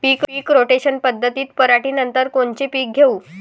पीक rotation पद्धतीत पराटीनंतर कोनचे पीक घेऊ?